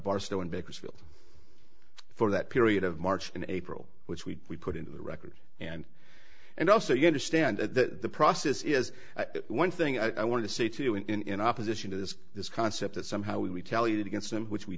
barstow in bakersfield for that period of march and april which we put into the record and and also you understand the process is one thing i want to say to him in opposition to this this concept that somehow we retaliated against him which we